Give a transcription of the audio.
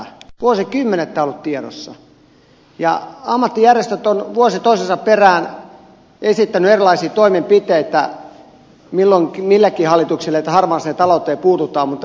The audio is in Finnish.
vuosikymmenet tämä on ollut tiedossa ja ammattijärjestöt ovat vuosi toisensa perään esittäneet erilaisia toimenpiteitä milloin millekin hallitukselle että harmaaseen talouteen puututaan mutta mitään ei ole tehty